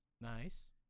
Nice